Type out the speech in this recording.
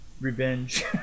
revenge